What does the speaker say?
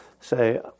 say